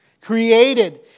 Created